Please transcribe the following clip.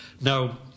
Now